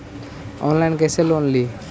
Online कैसे loan ली?